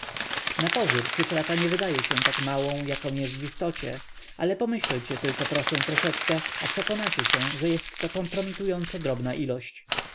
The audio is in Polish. cyfra ta nie wydaje się tak małą jaką jest w istocie ale pomyślcie tylko proszę troszeczkę a przekonacie się że jest to kompromitująco drobna ilość